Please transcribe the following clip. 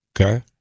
Okay